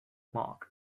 marc